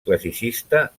classicista